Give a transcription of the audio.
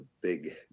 big